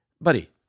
buddy